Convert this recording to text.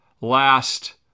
last